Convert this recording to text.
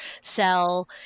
sell